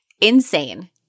Insane